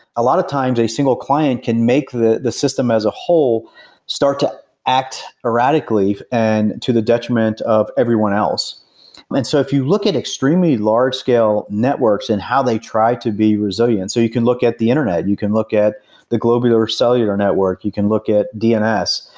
a lot of times a single client can make the the system as a whole start to act erratically and to the detriment of everyone else and so if you look at extremely large-scale networks and how they try to be resilient, so you can look at the internet, you can look at the global cellular network, you can look at dns,